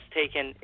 taken